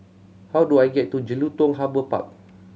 how do I get to Jelutung Harbour Park